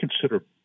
consider